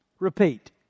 Repeat